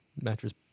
mattress